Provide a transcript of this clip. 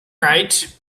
right